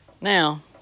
Now